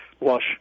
wash